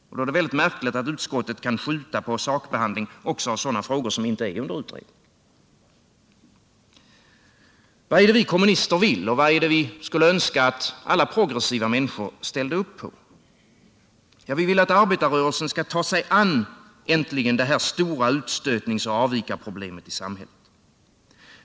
Då är det märkligt att utskottet kan skjuta på en sakbehandling också av sådana frågor som inte är under utredning. Vad är det vi kommunister vill, och vad är det vi skulle önska att alla progressiva människor ställde upp på? Jo, vi vill att arbetarrörelsen äntligen skall ta sig an det här stora utstötningsoch avvikarproblemet i samhället.